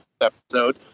episode